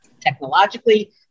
technologically